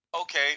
Okay